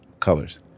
colors